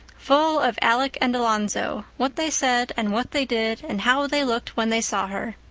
full of alec and alonzo, what they said and what they did, and how they looked when they saw her.